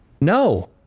No